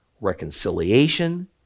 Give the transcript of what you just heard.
reconciliation